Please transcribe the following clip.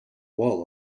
wall